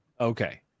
Okay